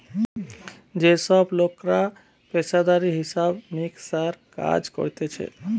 যে সব লোকরা পেশাদারি হিসাব মিক্সের কাজ করতিছে